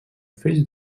feix